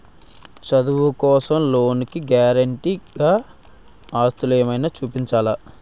చదువు కోసం లోన్ కి గారంటే గా ఆస్తులు ఏమైనా చూపించాలా?